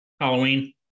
Halloween